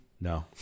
No